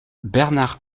bernard